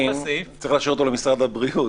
צריך להשאיר אותו למשרד הבריאות.